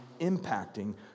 impacting